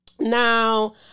Now